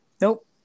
Nope